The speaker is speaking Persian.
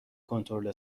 کنترل